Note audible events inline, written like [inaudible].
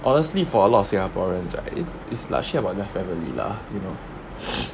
honestly for a lot of singaporeans right it's it's largely about their family lah you know [noise]